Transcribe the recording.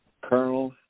Colonel